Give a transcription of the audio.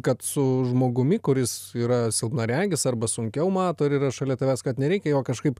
kad su žmogumi kuris yra silpnaregis arba sunkiau mato ir yra šalia tavęs kad nereikia jo kažkaip